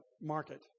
market